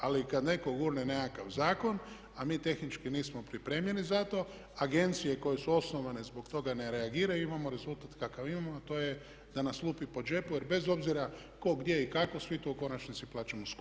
Ali kad netko gurne nekakav zakon, a mi tehnički nismo pripremljeni za to agencije koje su osnovane zbog toga ne reagiraju, imamo rezultat kakav imamo, a to je da nas lupi po džepu jer bez obzira tko, gdje i kako svi to u konačnici plaćamo skuplje.